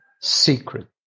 secret